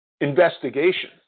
investigation